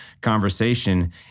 conversation